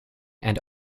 and